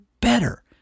better